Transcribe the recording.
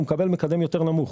הוא מקבל מקדם יותר נמוך.